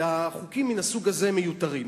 והחוקים מן הסוג הזה מיותרים.